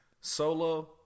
Solo